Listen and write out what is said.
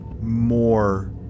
more